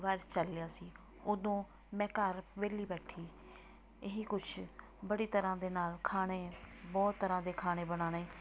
virus ਚੱਲ ਰਿਹਾ ਸੀ ਉਦੋਂ ਮੈਂ ਘਰ ਵੇਹਲੀ ਬੈਠੀ ਇਹੀ ਕੁਛ ਬੜੀ ਤਰ੍ਹਾਂ ਦੇ ਨਾਲ ਖਾਣੇ ਬਹੁਤ ਤਰ੍ਹਾਂ ਦੇ ਖਾਣੇ ਬਣਾਉਣੇ